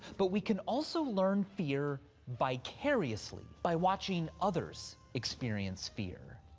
but we can also learn fear vicariously by watching others experience fear.